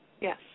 Yes